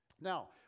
Now